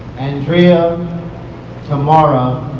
andrea tamire